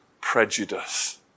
prejudice